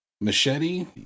machete